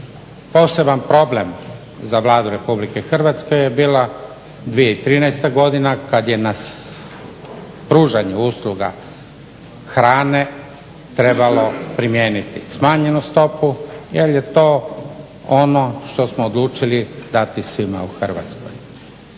Poseban problem za Vladu Republike Hrvatske je bila 2013. godina kad je na pružanju usluga hrane trebalo primijeniti smanjenu stopu jer je to ono što smo odlučili dati svima u Hrvatskoj,